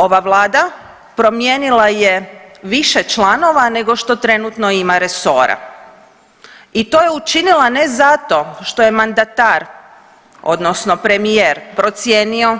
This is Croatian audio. Ova vlada promijenila je više članova nego što trenutno ima resora i to je učinila ne zato što je mandata odnosno premijer procijenio